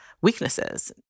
weaknesses